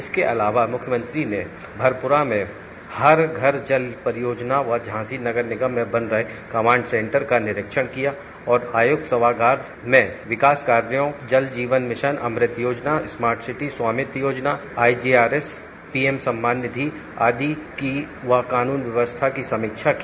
इसके अलावा मुख्यमंत्री ने भरपूरा में हर घर जल परियोजना व झांसी नगर निगम में बन रहे कमांड सेंटर का निरीक्षण किया और आयुक्त सभागार में विकास कार्यों जल जीवन मिशन अमृत योजना स्मार्ट सिटी स्वामित्व योजना आईजीआरएस पीएम सम्मान निधि आदि की व कानून व्यवस्था की समीक्षा की